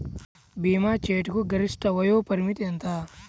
భీమా చేయుటకు గరిష్ట వయోపరిమితి ఎంత?